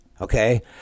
okay